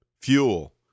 fuel